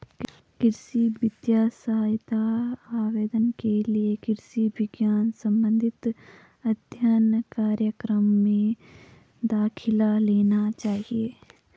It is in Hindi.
कृषि वित्तीय सहायता आवेदन के लिए कृषि विज्ञान संबंधित अध्ययन कार्यक्रम में दाखिला लेना चाहिए